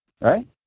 right